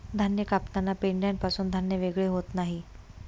धान्य कापताना पेंढ्यापासून धान्य वेगळे होत नाही